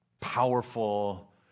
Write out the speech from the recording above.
powerful